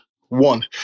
one